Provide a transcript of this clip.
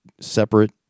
separate